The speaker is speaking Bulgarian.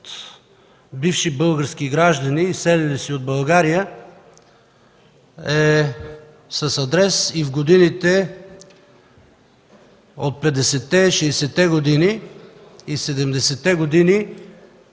бивши български граждани, изселили се от България, са с адрес и за годините от 50-те, 60-те и 70-те години,